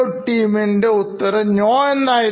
പക്ഷേ ideo ടീമിൻറെ ഉത്തരം നോ എന്നായിരുന്നു